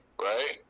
Right